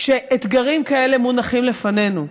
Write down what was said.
כשאתגרים כאלה מונחים לפנינו,